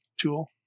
tool